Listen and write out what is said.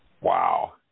Wow